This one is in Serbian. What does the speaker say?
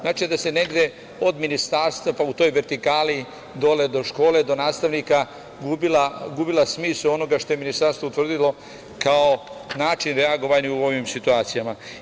Znači da se negde od Ministarstva, pa u toj vertikali dole do škole, do nastavnika, gubila smisao onog što je Ministarstvo utvrdilo kao način reagovanja u ovim situacijama.